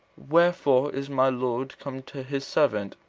wherefore is my lord come to his servant?